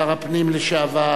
שר הפנים לשעבר,